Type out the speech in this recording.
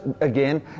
again